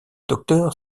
docteur